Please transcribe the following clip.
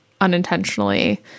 unintentionally